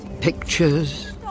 pictures